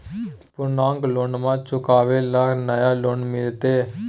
पुर्नका लोनमा चुकाबे ले नया लोन मिलते?